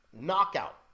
knockout